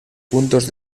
puntos